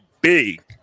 Big